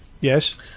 Yes